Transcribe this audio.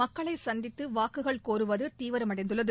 மக்களை சந்தித்து வாக்குகள் கோருவது தீவிரம் அடைந்துள்ளது